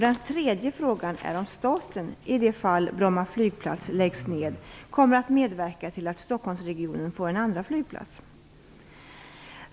Den tredje frågan är om staten, i det fall Bromma flygplats läggs ned, kommer att medverka till att Stockholmsregionen får en andra flygplats.